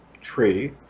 tree